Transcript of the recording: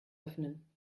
öffnen